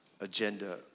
agenda